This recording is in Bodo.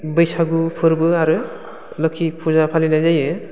बैसागु फोरबो आरो लोखि फुजा फालिनाय जायो